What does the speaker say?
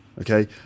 Okay